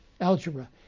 algebra